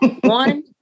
One